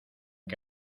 que